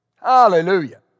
Hallelujah